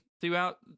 throughout